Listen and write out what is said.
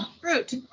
Fruit